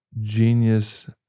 genius